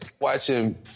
watching